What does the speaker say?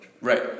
Right